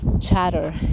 chatter